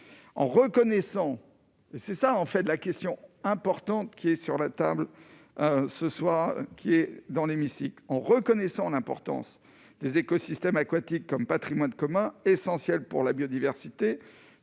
en reconnaissant c'est ça en fait de la question importante qui est sur la table ce soir qui est dans l'hémicycle en reconnaissant l'importance des écosystèmes aquatiques comme Patrimoine commun essentiel pour la biodiversité